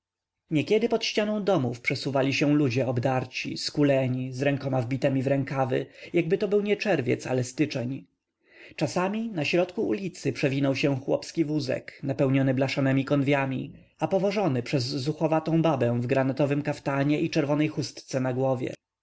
niekiedy pod ścianą domów przesuwali się ludzie obdarci skuleni z rękami wbitemi w rękawy jakby to był nie czerwiec ale styczeń czasem na środku ulicy przewinął się chłopski wózek napełniony blaszanemi konwiami a powożony przez zuchowatą babę w granatowym kaftanie i czerwonej chustce na głowie